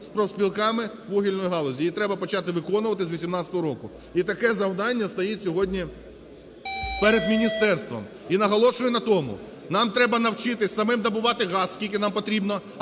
з профспілками вугільної галузі. Її треба почати виконувати з 2018 року, і таке завдання стоїть сьогодні перед міністерством. І наголошую на тому: нам треба навчитись самим добувати газ, скільки нам потрібно,